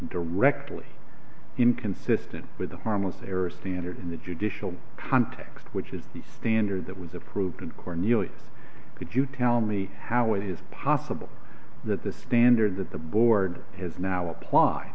directly inconsistent with a harmless error standard in the judicial context which is the standard that was approved in cornelius could you tell me how it is possible that the standard that the board has now apply